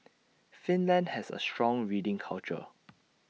Finland has A strong reading culture